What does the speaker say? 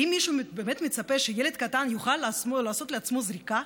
האם מישהו באמת מצפה שילד קטן יוכל לעשות לעצמו זריקה?